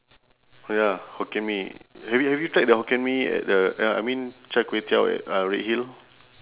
oh ya hokkien mee have you have you tried the hokkien mee at the uh I mean char kway teow at uh redhill